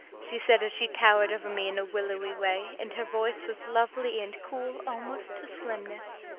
she said as she towered over me in a willowy way, and her voice was lovely and cool almost to slimness.